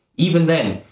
even then,